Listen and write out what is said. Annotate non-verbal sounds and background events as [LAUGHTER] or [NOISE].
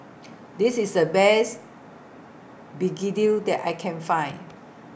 [NOISE] This IS The Best Begedil that I Can Find